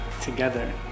together